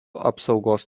apsaugos